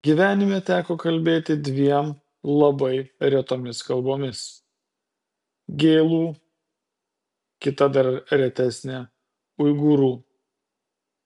gyvenime teko kalbėti dviem labai retomis kalbomis gėlų kita dar retesne uigūrų